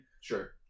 Sure